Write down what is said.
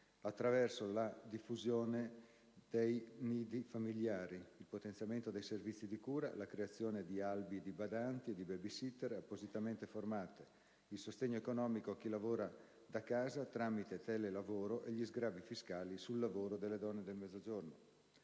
attraverso la diffusione dei nidi familiari, il potenziamento dei servizi di cura, la creazione di albi di badanti e di *baby-sitter* appositamente formate, il sostegno economico a chi lavora da casa tramite telelavoro e gli sgravi fiscali sul lavoro delle donne del Mezzogiorno.